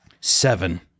Seven